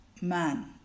man